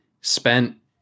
spent